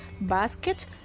basket